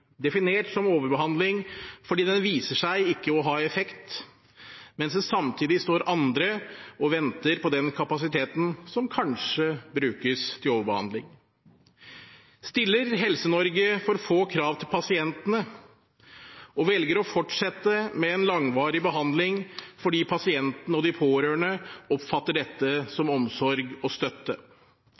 som overbehandling fordi det viser seg ikke å ha effekt, samtidig som det står andre og venter på den kapasiteten som kanskje brukes til overbehandling? Stiller Helse-Norge for få krav til pasientene, og velger å fortsette med en langvarig behandling fordi pasienten og de pårørende oppfatter dette som omsorg og støtte?